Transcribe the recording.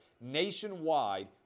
nationwide